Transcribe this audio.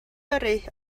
yrru